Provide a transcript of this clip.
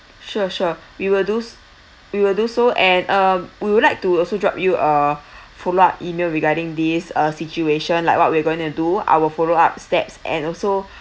sure sure we will do s~ we will do so and uh we would like to also drop you a follow up email regarding this uh situation like what we're going to do our follow up steps and also